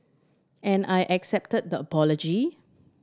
and I accepted the apology